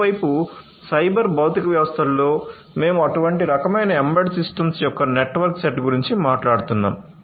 మరోవైపు సైబర్ భౌతిక వ్యవస్థలో మేము అటువంటి రకమైన ఎంబెడెడ్ సిస్టమ్స్ యొక్క నెట్వర్క్ సెట్ గురించి మాట్లాడుతున్నాము